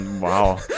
Wow